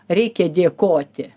reikia dėkoti